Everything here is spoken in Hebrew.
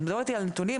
בואו נדבר על נתונים,